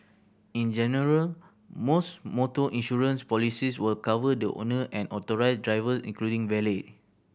in general most motor insurance policies will cover the owner and authorised driver including valet